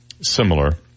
similar